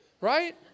Right